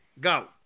Go